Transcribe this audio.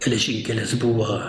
geležinkelis buvo